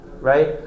Right